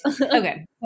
Okay